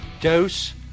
DOS